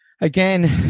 again